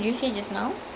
no no no